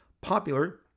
popular